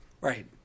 Right